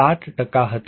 7 હતી